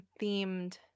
themed